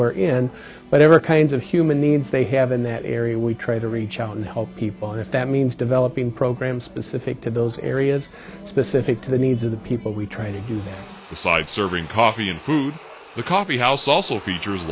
where in whatever kinds of human needs they have in that area we try to reach out and help people if that means developing programs specific to those areas specific to the needs of the people we try to use the side serving coffee and food the coffee house also features